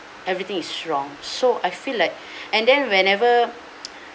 everything is wrong so I feel like and then whenever